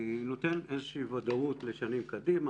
נותן איזושהי ודאות לשנים קדימה,